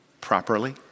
properly